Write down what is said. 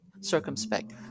circumspect